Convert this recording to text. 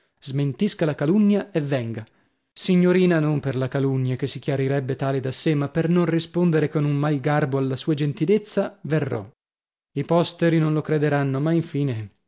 smentisca la calunnia e venga signorina non per la calunnia che si chiarirebbe tale da sè ma per non rispondere con un mal garbo alla sua gentilezza verrò i posteri non lo crederanno ma infine